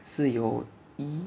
是有 E